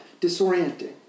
disorienting